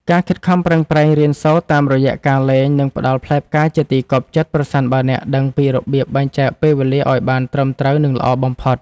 ការខិតខំប្រឹងប្រែងរៀនសូត្រតាមរយៈការលេងនឹងផ្តល់ផ្លែផ្កាជាទីគាប់ចិត្តប្រសិនបើអ្នកដឹងពីរបៀបបែងចែកពេលវេលាឱ្យបានត្រឹមត្រូវនិងល្អបំផុត។